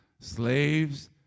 Slaves